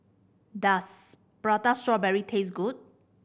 does Prata Strawberry taste good